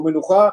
או מנוחה,